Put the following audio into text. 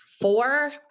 four